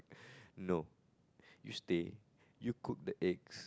no you stay you cook the eggs